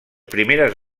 primeres